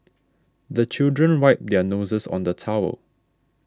the children wipe their noses on the towel